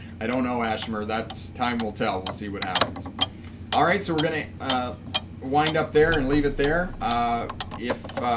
i don't know ash summer that's time will tell we'll see what happens all right so we're going to wind up there and leave it there ah if